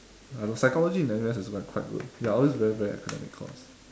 I don't know psychology in N_U_S is quite quite good ya all those very very academic course